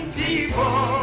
people